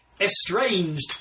Estranged